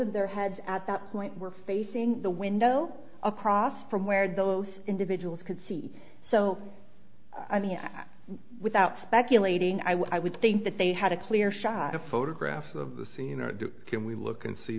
of their heads at that point were facing the window across from where those individuals could see so i mean without speculating i would think that they had a clear shot a photograph of the scene or do can we look and see